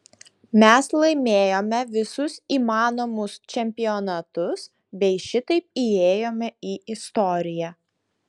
mes laimėjome visus įmanomus čempionatus bei šitaip įėjome į istoriją